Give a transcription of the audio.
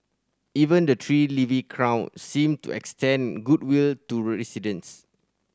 even the tree leafy crown seemed to extend goodwill to residents